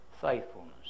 faithfulness